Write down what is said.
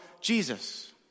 Jesus